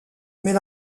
mais